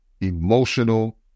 emotional